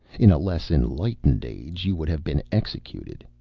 in a less enlightened age, you would have been executed.